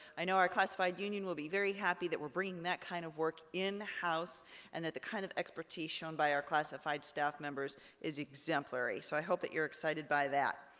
i know our classified union will be very happy that we're bringing that kind of work in-house, and that the kind of expertise shown by our classified staff members is exemplary. so, i hope that you're excited by that.